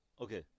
Okay